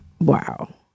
Wow